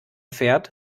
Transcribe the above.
fährt